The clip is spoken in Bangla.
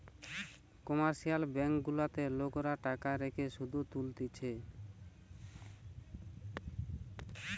কমার্শিয়াল ব্যাঙ্ক গুলাতে লোকরা টাকা রেখে শুধ তুলতিছে